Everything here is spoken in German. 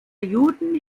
juden